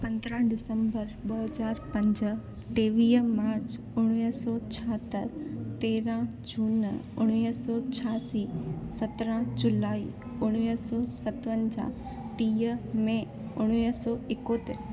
पंद्रहां डिसंबर ॿ हज़ार पंज टेवीह मार्च उणिवीह सौ छाहतरि तेरहां जून उणिवीह सौ छहासी सत्रहां जुलाई उणिवीह सौ सतवंजाह टीह मे उणिवीह सौ एकहतरि